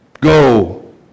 Go